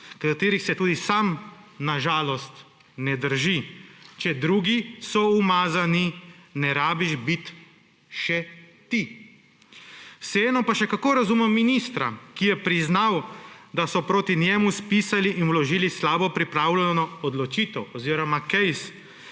ki se jih tudi sam, na žalost, ne drži: »Če drugi so umazani, ne rabiš biti še ti.« Vseeno pa še kako razumem ministra, ki je priznal, da so proti njemu spisali in vložili slabo pripravljeno odločitev oziroma primer,